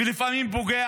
ולפעמים הוא פוגע